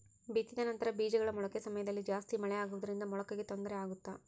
ಬಿತ್ತಿದ ನಂತರ ಬೇಜಗಳ ಮೊಳಕೆ ಸಮಯದಲ್ಲಿ ಜಾಸ್ತಿ ಮಳೆ ಆಗುವುದರಿಂದ ಮೊಳಕೆಗೆ ತೊಂದರೆ ಆಗುತ್ತಾ?